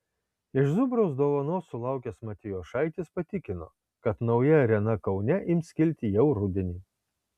iš zubraus dovanos sulaukęs matijošaitis patikino kad nauja arena kaune ims kilti jau rudenį